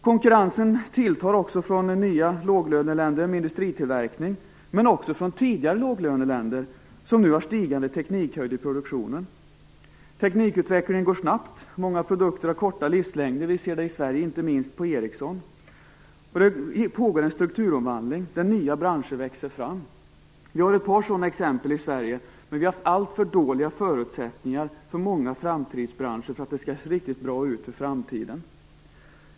Konkurrensen tilltar från nya låglöneländer med industritillverkning men också från tidigare låglöneländer, som nu har stigande teknikhöjd i produktionen. Teknikutvecklingen går snabbt, och många produkter har korta livslängder. Vi ser det i Sverige inte minst på Ericsson. En strukturomvandling pågår, där nya branscher växer fram. Vi har ett par sådana exempel i Sverige, men vi har alltför dåliga förutsättningar för många framtidsbranscher för att det skall se riktigt bra ut för framtiden.